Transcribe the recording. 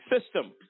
system